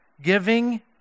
Giving